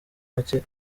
make